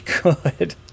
good